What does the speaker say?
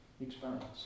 experiments